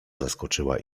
zaskoczyła